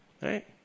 Right